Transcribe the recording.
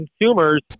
consumers